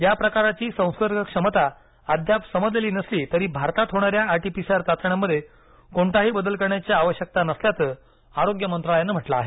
या प्रकाराची संसर्गक्षमता अद्याप समजलेली नसली तरी भारतात होणाऱ्या आरटी पीसीआर चाचण्यांमध्ये कोणताही बदल करण्याची आवश्यकता नसल्याचं आरोग्य मंत्रालयानं म्हटलं आहे